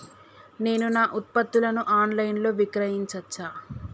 నేను నా ఉత్పత్తులను ఆన్ లైన్ లో విక్రయించచ్చా?